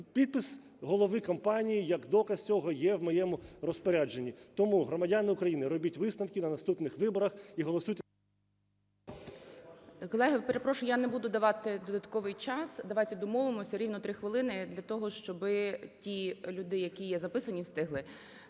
Підпис голови компанії, як доказ цього, є в моєму розпорядженні. Тому, громадяни України, робіть висновки на наступних виборах і голосуйте… ГОЛОВУЮЧИЙ. Колеги, перепрошую, я не буду давати додатковий час, давайте домовимося: рівно три хвилини для того, щоб ті люди, які були записані, встигли.